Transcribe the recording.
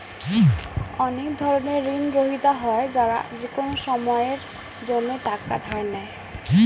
অনেক ধরনের ঋণগ্রহীতা হয় যারা যেকোনো সময়ের জন্যে টাকা ধার নেয়